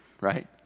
right